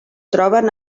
troben